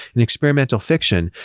and experimental fiction,